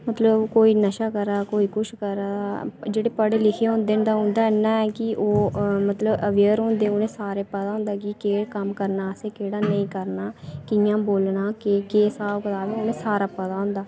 मतलब की कोई नशा करा दा कोई कुछ करा दा ते जेह्ड़े पढ़े लिखे दे होंदे न ते उंदा इन्ना एह् की ओह् अवेअर होंदे ओह्दे इन्ने सारें गी पता होंदा की केह् कम्म करना ते केह् नेईं करना कि'यां बोलना ते केह् स्हाब कताब ऐ सारा पता होंदा